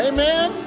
Amen